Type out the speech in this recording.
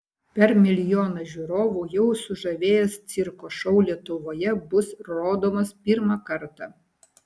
per milijoną žiūrovų jau sužavėjęs cirko šou lietuvoje bus rodomas pirmą kartą